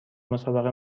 مسابقه